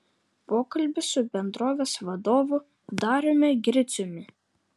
pokalbis su bendrovės vadovu dariumi griciumi